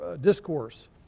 discourse